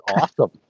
awesome